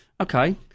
okay